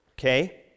okay